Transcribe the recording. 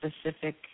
specific